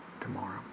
tomorrow